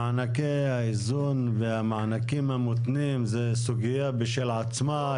מענקי האיזון והמענקים המותנים זו סוגיה בפני עצמה.